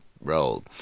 role